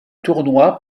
tournoi